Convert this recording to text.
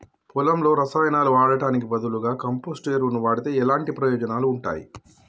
పొలంలో రసాయనాలు వాడటానికి బదులుగా కంపోస్ట్ ఎరువును వాడితే ఎలాంటి ప్రయోజనాలు ఉంటాయి?